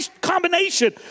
combination